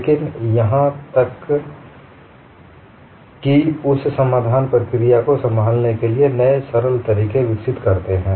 लेकिन यहां तक कि उस समाधान प्रक्रिया को संभालने के लिए नए सरल तरीके विकसित करते हैं